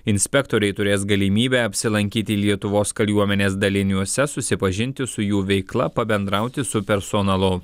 inspektoriai turės galimybę apsilankyti lietuvos kariuomenės daliniuose susipažinti su jų veikla pabendrauti su personalu